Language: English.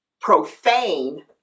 profane